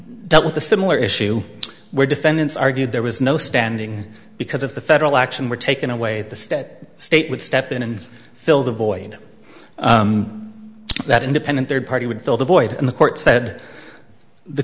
with a similar issue where defendants argued there was no standing because of the federal action were taken away the stat state would step in and fill the void that independent third party would fill the void in the court said the